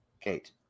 Kate